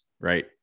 right